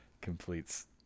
completes